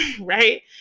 right